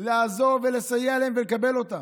לעזור ולסייע להם ולקבל אותם.